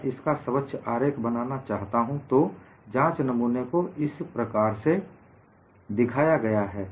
मैं इसका स्वच्छ आरेख बनाना चाहता हूं तो जांच नमूने को इस प्रकार से दिखाया गया है